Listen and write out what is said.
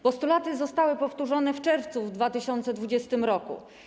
Postulaty zostały powtórzone w czerwcu 2020 r.